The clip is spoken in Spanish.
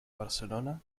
barcelona